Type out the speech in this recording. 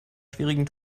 schwierigen